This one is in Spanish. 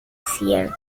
cierto